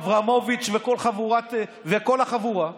אברמוביץ' וכל החבורה,